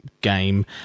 game